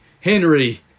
Henry